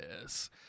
Yes